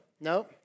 no